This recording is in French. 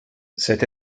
cette